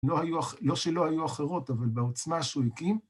לא שלא היו אחרות, אבל בעוצמה שהוא הקים.